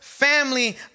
family